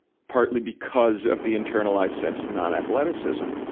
partly because of the internalized sense of non-athleticism.